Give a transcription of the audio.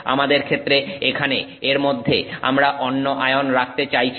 আমাদের ক্ষেত্রে এখানে এর মধ্যে আমরা অন্য আয়ন রাখতে চাইছি